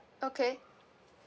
okay